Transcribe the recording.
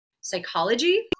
psychology